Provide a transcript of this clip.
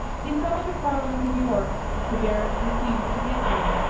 he summoned a parliament at york the barons refused to make one,